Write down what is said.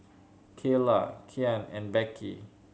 Keyla Kyan and Beckie